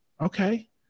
Okay